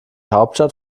hauptstadt